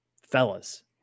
Fellas